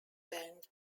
band